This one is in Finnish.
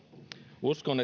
uskon